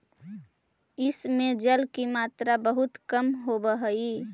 इस में जल की मात्रा बहुत कम होवअ हई